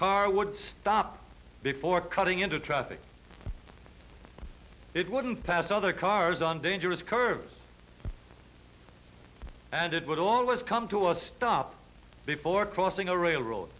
car would stop before cutting into traffic it wouldn't pass other cars on dangerous curves and it would always come to a stop before crossing a railroad